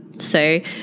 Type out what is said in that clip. say